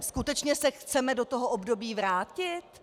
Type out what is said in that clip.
Skutečně se chceme do toho období vrátit?